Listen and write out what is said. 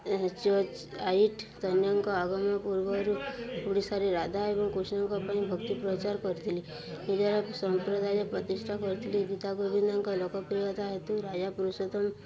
church ଆଇଟ୍ ତୈନିଙ୍କ ଆଗମନ ପୂର୍ବରୁ ଓଡ଼ିଶାରେ ରାଧା ଏବଂ କୃଷ୍ଣଙ୍କ ପାଇଁ ଭକ୍ତି ପଚାର କରିଥିଲେ ନିଜର ସମ୍ପ୍ରଦାୟ ପ୍ରତିଷ୍ଠା କରିଥିଲି ଗୀତ ଗୋବିନ୍ଦଙ୍କ ଲୋକପ୍ରିୟତା ହେତୁ ରାଜା ପୁରୁଷୋତ୍ତମ